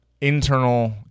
internal